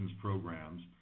programs